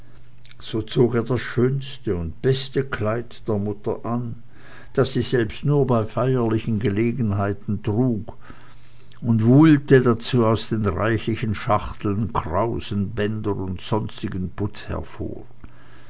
das schönste und beste kleid der mutter an das sie selbst nur bei feierlichen gelegenheiten trug und wühlte dazu aus den reichlichen schachteln krausen bänder und sonstigen putz hervor